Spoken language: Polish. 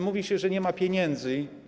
Mówi się, że nie ma pieniędzy.